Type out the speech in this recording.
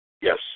Yes